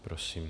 Prosím.